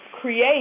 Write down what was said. create